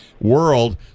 world